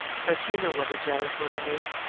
but you know what a jealous woman is,